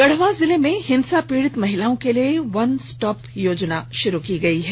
गढ़वा जिले में हिंसा पीड़ित महिलाओं के लिए वन स्टॉप योजना शुरू की गयी है